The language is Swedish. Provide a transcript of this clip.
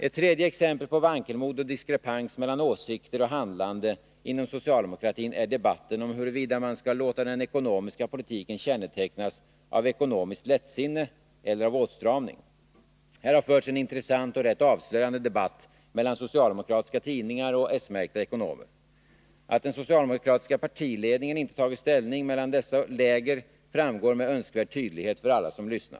Ett tredje exempel på vankelmod och diskrepans mellan åsikter och handlande inom socialdemokratin är debatten om huruvida man skall låta den ekonomiska politiken kännetecknas av ekonomiskt lättsinne eller av åtstramning. Här har förts en intressant och rätt avslöjande debatt mellan socialdemokratiska tidningar och s-märkta ekonomer. Att den socialdemokratiska partiledningen inte tagit ställning mellan dessa läger framgår med önskvärd tydlighet för alla som lyssnar.